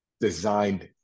designed